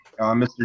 Mr